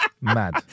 Mad